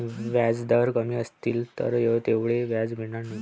व्याजदर कमी असतील तर तेवढं व्याज मिळणार नाही